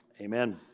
Amen